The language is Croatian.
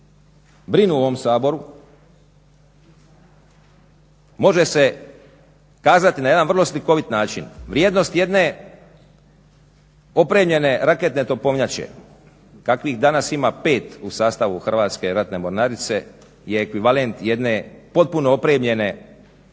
brinu u ovom Saboru, može se kazati na jedan vrlo slikovit način. Vrijednost jedne opremljene raketne topovnjače kakvih danas ima 5 u sastavu Hrvatske ratne mornarice je ekvivalent jedne potpuno opremljene regionalne